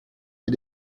des